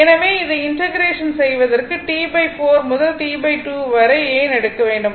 எனவே அதை இன்டெக்ரேஷன் செய்வதற்கு T4 முதல் T2 வரை ஏன் எடுக்க வேண்டும்